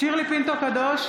שירלי פינטו קדוש,